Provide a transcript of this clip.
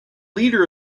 leader